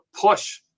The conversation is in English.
push